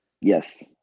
Yes